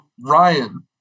Ryan